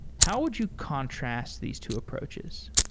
how would you contrast these two approaches?